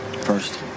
First